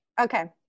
okay